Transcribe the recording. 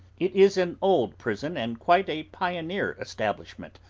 it is an old prison, and quite a pioneer establishment,